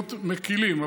ולהיות מקילים,